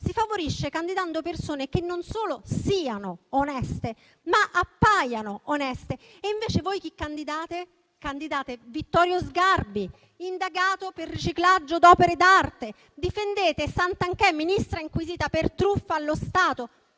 corruzione e candidando persone che non solo siano oneste, ma appaiano oneste. E invece voi chi candidate? Vittorio Sgarbi, indagato per riciclaggio d'opere d'arte. Difendete Santanchè, Ministra inquisita per truffa allo Stato.